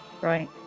Right